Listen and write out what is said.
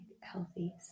healthy